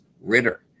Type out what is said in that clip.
Ritter